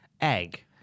egg